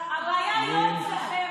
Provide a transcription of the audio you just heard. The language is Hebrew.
הבעיה היא לא עם השרה.